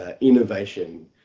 innovation